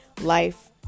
life